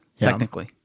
technically